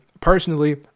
personally